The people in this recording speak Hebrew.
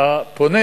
הפונה